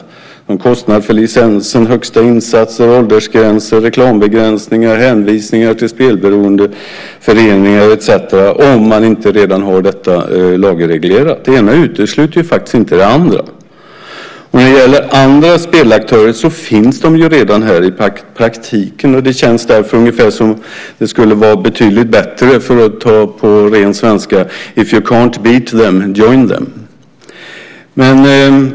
Det är sådant som kostnad för licensen, högsta insatser, åldersgränser, reklambegränsningar, hänvisningar till spelberoendeföreningar etcetera, om man inte redan har detta lagreglerat. Det ena utesluter faktiskt inte det andra. När det gäller andra spelaktörer finns de redan här i praktiken. Det känns därför som att det skulle vara betydligt bättre att säga rakt ut: If you can't beat them, join them .